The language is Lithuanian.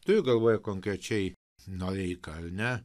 turiu galvoje konkrečiai noreiką ar ne